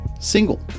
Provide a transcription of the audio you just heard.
single